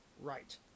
right